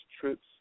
trips